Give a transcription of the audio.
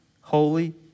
holy